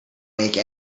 make